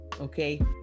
okay